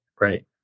Right